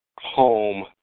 home